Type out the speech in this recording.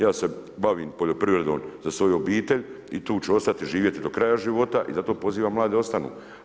Ja se bavim poljoprivredom za svoju obitelj i tu ću ostati živjeti do kraja života i zato pozivam mlade da ostanu.